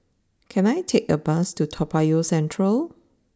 can I take a bus to Toa Payoh Central